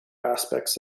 aspects